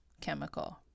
chemical